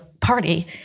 party